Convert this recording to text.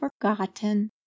forgotten